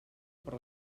per